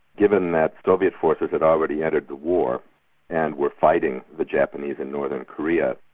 given that soviet forces had already entered the war and were fighting the japanese in northern korea.